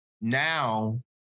now